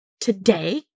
today